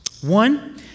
one